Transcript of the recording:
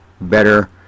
better